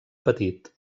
petit